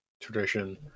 tradition